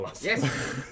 Yes